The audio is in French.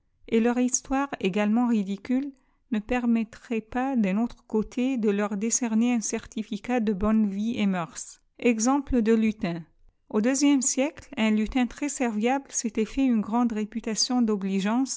et leur histoire également ridicule ne permettrait pas d'un autre côté de leur décerner un certificat de bonnes vie et mœurs exemple de lutin au deuxième siècle un lutin très serviable s'était fait une grande réputation